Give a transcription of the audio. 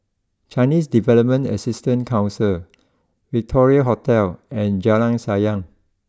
Chinese Development Assistance Council Victoria Hotel and Jalan Sayang